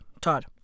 Todd